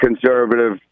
conservative